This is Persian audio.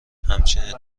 همچین